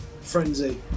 frenzy